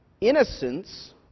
innocence